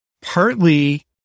partly